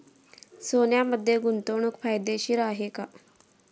सोन्यामध्ये गुंतवणूक फायदेशीर आहे का?